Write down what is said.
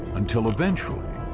until, eventually,